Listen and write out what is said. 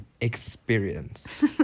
experience